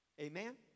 Amen